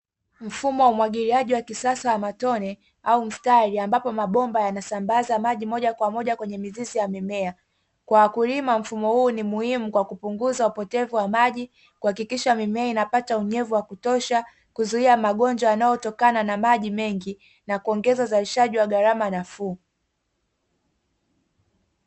Mfumo wa umwagiliaji wa kisasa ya matone au mstari ambapo mabomba yanasambaza maji moja kwa moja kwenye mizizi ya mimea, kwa wakulima mfumo huu ni muhimu kwa kupunguza upotevu wa maji, kuhakikisha mimea inapata unyevu wa kutosha, kuzuia magonjwa yanayotokana na maji mengi na kuongeza uzalishaji wa gharama nafuu.